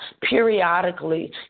periodically